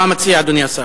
מה מציע אדוני השר?